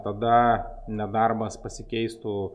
tada nedarbas pasikeistų